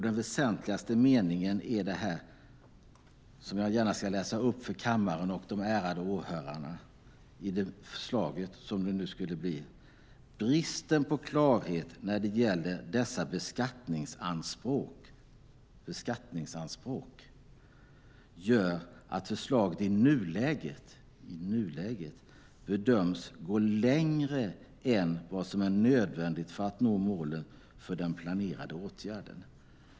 Den väsentligaste meningen i det här förslaget ska jag gärna läsa upp för kammaren och de ärade åhörarna: "Bristen på klarhet när det gäller dessa beskattningsanspråk gör att förslaget i nuläget bedöms gå längre än vad som är nödvändigt för att nå målen för den planerade åtgärden."